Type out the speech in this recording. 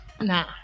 Nah